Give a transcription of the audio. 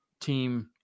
team